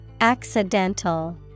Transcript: accidental